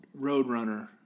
Roadrunner